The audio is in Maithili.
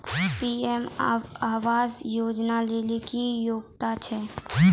पी.एम आवास योजना लेली की योग्यता छै?